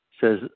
says